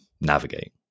navigate